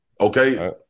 okay